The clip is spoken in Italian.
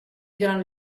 gran